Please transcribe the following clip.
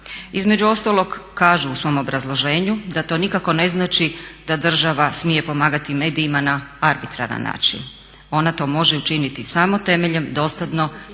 Između ostalog kažu u svom obrazloženju da to nikako ne znači da država smije pomagati medijima na arbitraran način. Ona to može učiniti samo temeljem dostatno